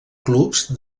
clubs